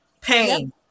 pain